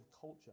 culture